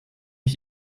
ich